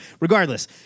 Regardless